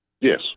Yes